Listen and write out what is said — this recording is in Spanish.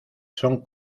son